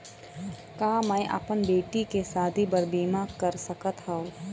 का मैं अपन बेटी के शादी बर बीमा कर सकत हव?